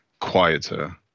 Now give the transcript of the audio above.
quieter